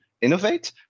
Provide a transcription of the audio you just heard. innovate